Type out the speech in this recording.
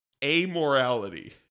Amorality